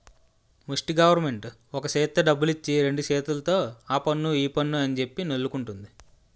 ముస్టి గవరమెంటు ఒక సేత్తో డబ్బులిచ్చి రెండు సేతుల్తో ఆపన్ను ఈపన్ను అంజెప్పి నొల్లుకుంటంది